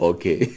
Okay